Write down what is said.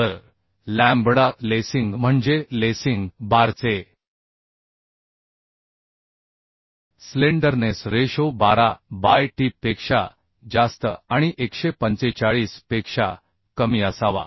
तर lambda lacing म्हणजे lacing बारचे स्लेंडरनेस रेशो 12 बाय टी पेक्षा जास्त आणि 145 पेक्षा कमी असावा